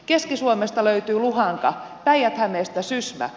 keski suomesta löytyy luhanka päijät hämeestä sysmä